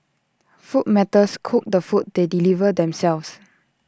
food matters cook the food they deliver themselves